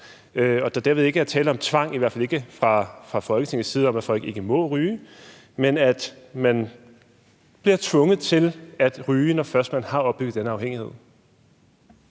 fald ikke fra Folketingets side, i forhold til at folk ikke må ryge, men at man bliver tvunget til at ryge, når først man har opbygget den afhængighed.